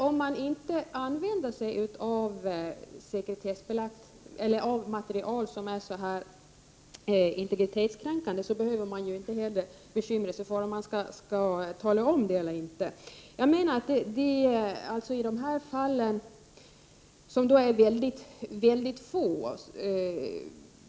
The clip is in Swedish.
Om man inte använder sig av material som är så integritetskränkande, behöver man inte heller bekymra sig för om man skall tala om det eller inte. De här fallen är väldigt få.